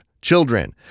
children